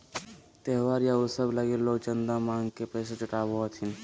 त्योहार या उत्सव लगी लोग चंदा मांग के पैसा जुटावो हथिन